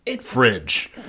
fridge